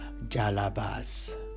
Jalabas